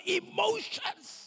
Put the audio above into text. emotions